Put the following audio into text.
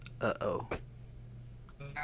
Uh-oh